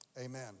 amen